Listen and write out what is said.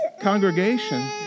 Congregation